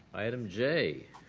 item j.